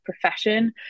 profession